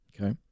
Okay